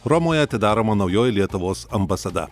romoje atidaroma naujoji lietuvos ambasada